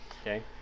Okay